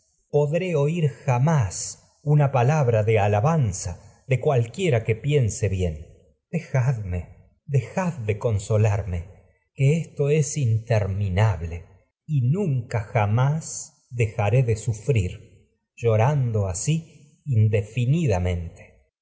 podré oír jamás una palabra de alabanza de cualquiera que piense bien dejadme dejad de consoelectra larme de que esto es interminable y nunca jamás dejaré sufrir llorando asi indefinidamente